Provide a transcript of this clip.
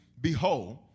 Behold